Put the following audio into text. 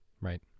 Right